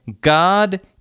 God